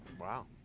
wow